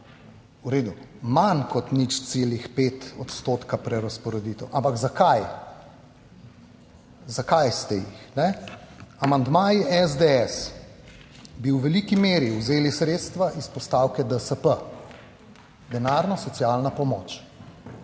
V redu, manj kot 0,5 odstotka prerazporeditev, ampak zakaj, zakaj ste jih? Amandmaji v SDS bi v veliki meri vzeli sredstva iz postavke DSP, denarna socialna pomoč.